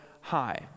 high